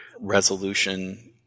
resolution